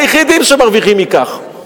שמרוויחים מכך,